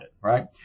Right